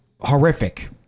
horrific